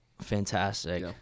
fantastic